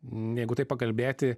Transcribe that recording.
jeigu taip pakalbėti